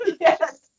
Yes